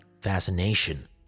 fascination